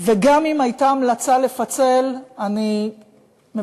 וגם אם הייתה המלצה לפצל, אני מבקשת,